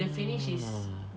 mm ah